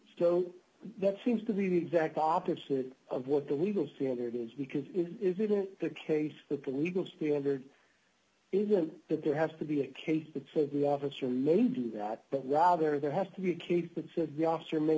so that seems to be the exact opposite of what the legal standard is because it isn't the case that the legal standard isn't that there has to be a case that says the officer may do that but while there there has to be a case that says the officer may